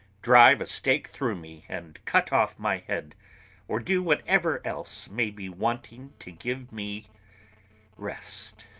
drive a stake through me and cut off my head or do whatever else may be wanting to give me rest!